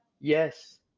yes